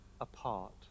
apart